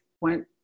went